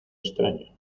extraño